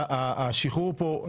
השחרור פה,